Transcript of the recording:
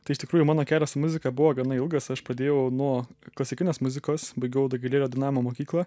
tai iš tikrųjų mano kelias į muziką buvo gana ilgas aš pradėjau nuo klasikinės muzikos baigiau dagilėlio dainavimo mokyklą